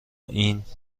اینکه